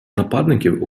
нападників